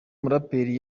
muraperi